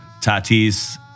Tatis